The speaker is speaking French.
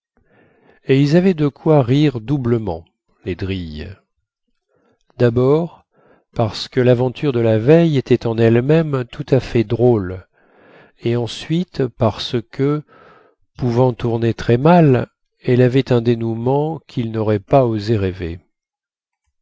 et ils avaient de quoi rire doublement les drilles dabord parce que laventure de la veille était en elle-même tout à fait drôle et ensuite parce que pouvant tourner très mal elle avait un dénouement quils nauraient pas osé rêver